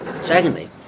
Secondly